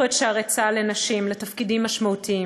את שערי צה"ל לנשים בתפקידים משמעותיים,